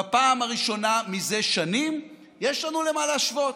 בפעם הראשונה זה שנים יש לנו למה להשוות.